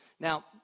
Now